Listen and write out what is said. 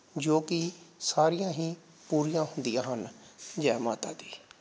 ਜੋ ਕਿ ਸਾਰੀਆਂ ਹੀ ਪੂਰੀਆਂ ਹੁੰਦੀਆਂ ਹਨ ਜੈ ਮਾਤਾ ਦੀ